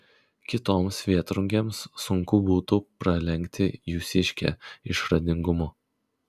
kitoms vėtrungėms sunku būtų pralenkti jūsiškę išradingumu